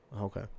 Okay